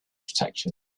protection